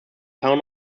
town